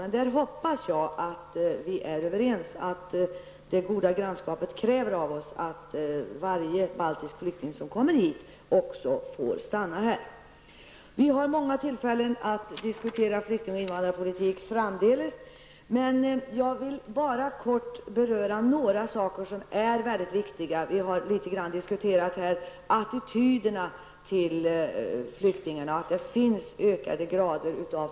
Men jag hoppas att vi är överens om att det goda grannskapet kräver av oss i Sverige att varje baltisk flykting som kommer hit får stanna här. Vi kommer att ha många tillfällen framdeles att diskutera flykting och invandrarpolitik. Helt kort vill jag dock beröra några mycket viktiga saker. Vi har ju något diskuterat detta med människors attityder till flyktingar.